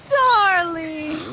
darling